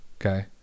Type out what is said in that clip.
Okay